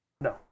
No